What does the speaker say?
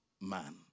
man